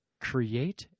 Create